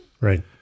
Right